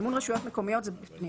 מימון רשויות מקומיות זה בפנים.